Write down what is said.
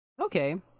Okay